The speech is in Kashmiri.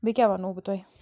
بیٚیہِ کیٛاہ وَنو بہٕ تۄہہِ